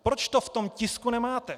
Proč to v tom tisku nemáte?